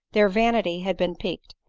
their vanity had been piqued,